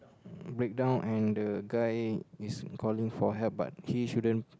breakdown and the guy is calling for help but he shouldn't